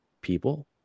people